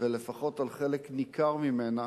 ולפחות על חלק ניכר ממנה